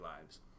lives